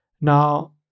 Now